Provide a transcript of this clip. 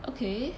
okay